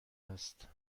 است